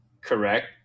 Correct